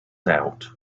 out